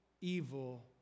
evil